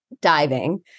diving